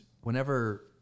whenever